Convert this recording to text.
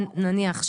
נניח,